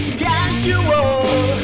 casual